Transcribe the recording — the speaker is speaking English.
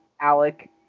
Alec